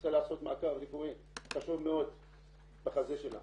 צריכה לעשות מעקב רפואי חשוב מאוד בחזה שלה